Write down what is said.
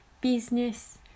business